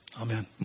Amen